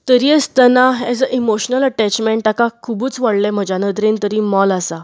तरी आसतना as a emotional attachment ताका खुबूच व्हडले म्हज्या नदरेन तरी मोल आसा